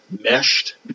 meshed